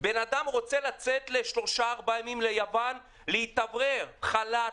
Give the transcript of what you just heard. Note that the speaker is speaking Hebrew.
כל בן אדם שמצהיר ללא כל סימוכין שהוא יוצא לאחת